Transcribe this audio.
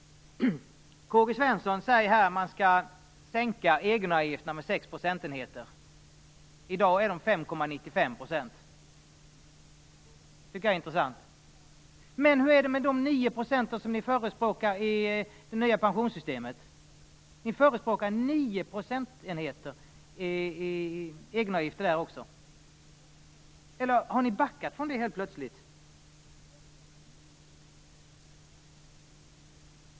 Karl-Gösta Svenson säger att man skall sänka egenavgifterna med 6 procentenheter. I dag är egenavgifterna 5,95 %. Det tycker jag är intressant. Men hur är det med de 9 % som ni förespråkar i det nya pensionssystemet? Ni förespråkar 9 procentenheter i egenavgifter även där. Eller har ni helt plötsligt backat från detta?